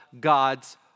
God's